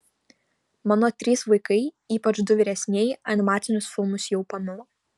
mano trys vaikai ypač du vyresnieji animacinius filmus jau pamilo